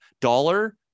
dollar